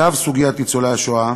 אגב סוגיית ניצולי השואה,